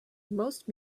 most